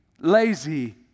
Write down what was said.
lazy